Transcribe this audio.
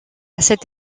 cette